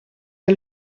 der